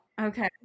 Okay